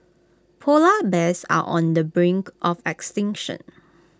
Polar Bears are on the brink of extinction